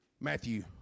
Matthew